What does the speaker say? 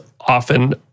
often